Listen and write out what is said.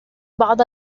بعض